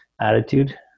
attitude